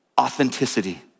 authenticity